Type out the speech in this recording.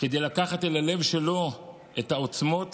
כדי לקחת אל הלב שלו את העוצמות